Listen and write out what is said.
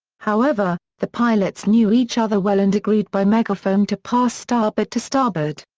however, the pilots knew each other well and agreed by megaphone to pass starboard to starboard.